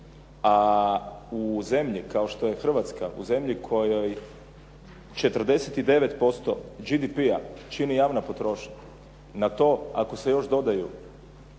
a u zemlji kao što je Hrvatska, u zemlji kojoj 49% GDP-a čini javna potrošnja na to ako se još dodaju